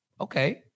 okay